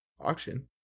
auction